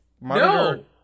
No